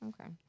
Okay